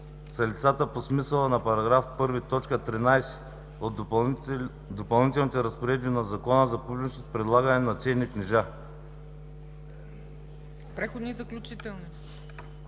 лицата по смисъла на § 1, т. 13 от допълнителните разпоредби на Закона за публичното предлагане на ценни книжа.“ „Преходни и заключителни